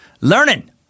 Learning